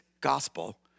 gospel